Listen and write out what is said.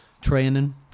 training